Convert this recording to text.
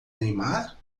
neymar